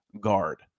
guard